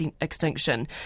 extinction